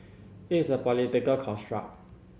it is a political construct